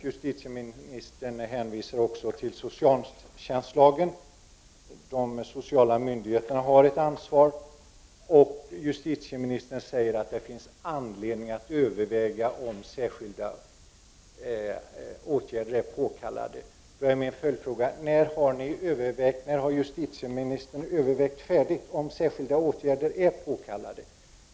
Justitieministern hänvisar också till att de sociala myndigheterna har ett ansvar enligt socialtjänstlagen. Hon framhåller att det finns anledning att överväga om särskilda åtgärder är påkallade. Min följdfråga är: När kommer justitieministern att vara färdig med sina överväganden om huruvida särskilda åtgärder är påkallade?